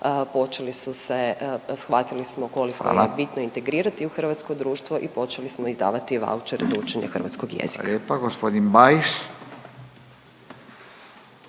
počeli su se, shvatili smo koliko je…/Upadica Radin: Hvala./… bitno integrirati u hrvatsko društvo i počeli smo izdavati vaučere za učenje hrvatskog jezika.